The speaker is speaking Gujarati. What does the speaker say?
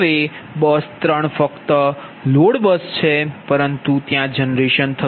હવે બસ 3 પર ફક્ત લોડ છે પરંતુ જનરેશન નથી